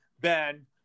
Ben